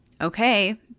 okay